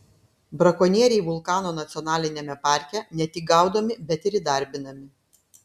brakonieriai vulkano nacionaliniame parke ne tik gaudomi bet ir įdarbinami